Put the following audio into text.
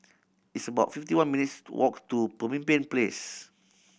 it's about fifty one minutes' walk to Pemimpin Place